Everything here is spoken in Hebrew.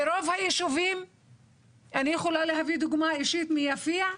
ברוב הישובים אני יכולה להביא דוגמה אישית מיפיע,